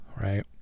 right